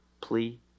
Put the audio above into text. plea